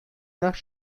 nach